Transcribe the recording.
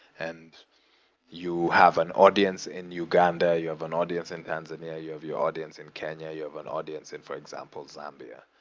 and you have an audience in uganda, you have an audience in tanzania, you have your audience in kenya, you have an audience in, for example, zambia,